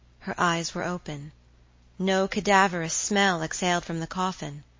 her eyes were open no cadaverous smell exhaled from the coffin.